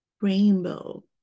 rainbow